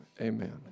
amen